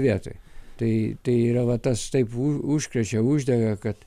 vietoj tai tai yra va tas taip užkrečia uždega kad